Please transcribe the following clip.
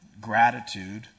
gratitude